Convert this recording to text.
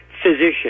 physician